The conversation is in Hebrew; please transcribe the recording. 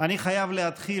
אני חייב להתחיל,